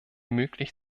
möglich